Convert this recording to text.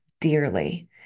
dearly